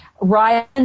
Ryan